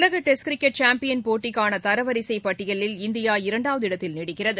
உலக test champion போட்டிக்கான தரவரிசை பட்டியலில் இந்தியா இரண்டாவது இடத்தில் நீடிக்கிறது